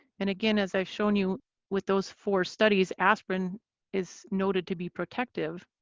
and again, as i've shown you with those four studies, aspirin is noted to be protective,